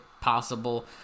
possible